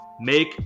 make